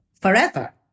forever